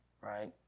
right